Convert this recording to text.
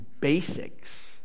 basics